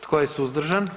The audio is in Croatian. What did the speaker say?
Tko je suzdržan?